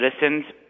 citizens